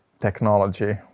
technology